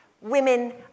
Women